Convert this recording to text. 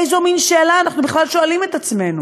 איזה מין שאלה אנחנו בכלל שואלים את עצמנו?